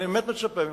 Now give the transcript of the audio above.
אני מצפה ממך,